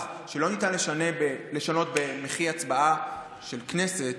שלא ניתן לשנות במחי הצבעה של כנסת,